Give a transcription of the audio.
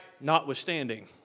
Notwithstanding